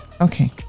Okay